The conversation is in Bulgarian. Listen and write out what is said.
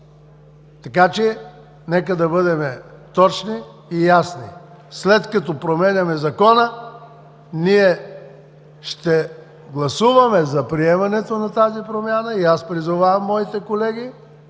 период. Нека да бъдем точни и ясни. След като променяме Закона, ние ще гласуваме за приемането на тази промяна и аз призовавам моите колеги,